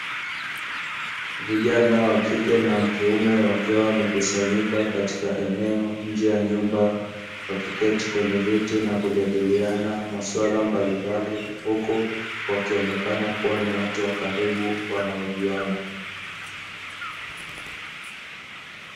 Vijana wakike na wakiume wakiwa wamekusanyika katika eneo nje ya nyumba, wakiketi katika viti wakijadiliana masuala mbalimbali, huku wakionekana kuwa ni watu wakaribu wanaojuana.